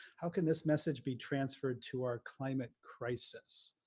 how can this message be transferred to our climate crisis?